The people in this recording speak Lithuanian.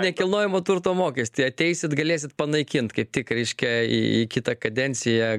nekilnojamo turto mokestį ateisit galėsit panaikint kaip tik reiškia į į kitą kadenciją